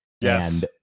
Yes